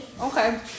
Okay